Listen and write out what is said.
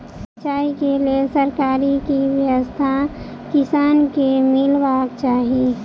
सिंचाई केँ लेल सरकारी की व्यवस्था किसान केँ मीलबाक चाहि?